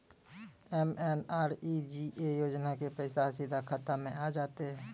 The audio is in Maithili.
एम.एन.आर.ई.जी.ए योजना के पैसा सीधा खाता मे आ जाते?